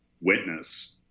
witness